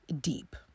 deep